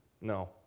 no